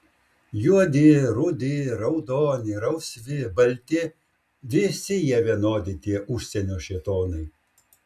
juodi rudi raudoni rausvi balti visi jie vienodi tie užsienio šėtonai